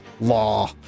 law